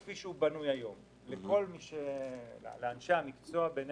כפי שהוא בנוי היום אנשי המקצוע וחלק